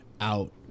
out